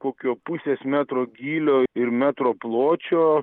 kokio pusės metro gylio ir metro pločio